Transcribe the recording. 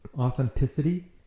Authenticity